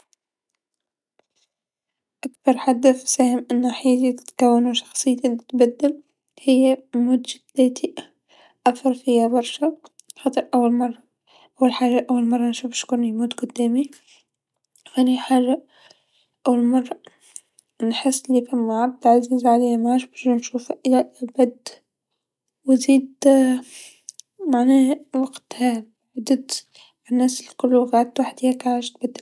أكثر حدث ساهم أنو حياتي تتكون و شخصيتي تتبدل هي موت جداتي، أثر فيا برشا خاطر أول مرا أول حاجه أول مرا نشوف شكون يموت قدامي، ثاني حاجه أول مرا نحس أني فما عبد عزيز عليا معادش باش نشوفه الى الأبد و زيد معناها وقت حدث الناس الكل غاضتو حاد هاك علاش باش تبدلت.